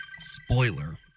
Spoiler